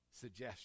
Suggestion